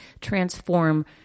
transform